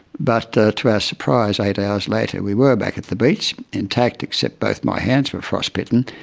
but to our surprise, eight hours later, we were back at the beach, intact, except both my hands were frostbitten.